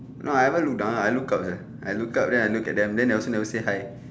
no I ever look down I look up sia I look up then I look at them then they also never say hi